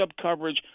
coverage